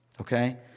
okay